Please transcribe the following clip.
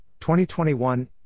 2021